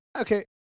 Okay